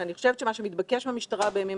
שאני חושבת שמה שמתבקש מן המשטרה בימים